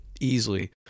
easily